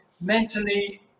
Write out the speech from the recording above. mentally